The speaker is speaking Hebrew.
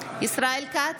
ישראל כץ,